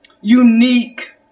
Unique